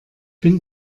bin